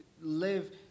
live